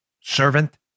servant